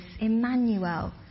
Emmanuel